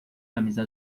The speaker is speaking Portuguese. camisa